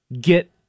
get